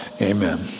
amen